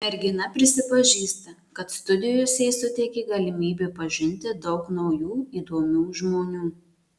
mergina prisipažįsta kad studijos jai suteikė galimybę pažinti daug naujų įdomių žmonių